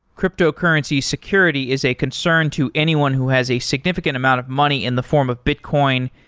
cryptocurrency security is a concern to anyone who has a significant amount of money in the form of bitcoin,